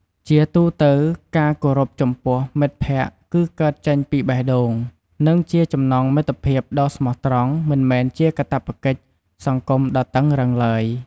ជាទូទៅ ការគោរពចំពោះមិត្តភក្តិគឺកើតចេញពីបេះដូង និងជាចំណងមិត្តភាពដ៏ស្មោះត្រង់ មិនមែនជាកាតព្វកិច្ចសង្គមដ៏តឹងរ៉ឹងឡើយ។